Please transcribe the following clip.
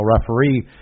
referee